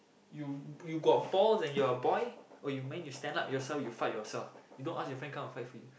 you you got balls and you're a boy or you manage to stand up yourself you fight yourself you don't ask your friend come and fight for you